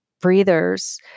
breathers